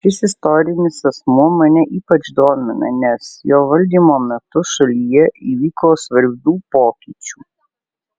šis istorinis asmuo mane ypač domina nes jo valdymo metu šalyje įvyko svarbių pokyčių